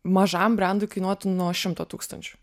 mažam brendui kainuotų nuo šimto tūkstančių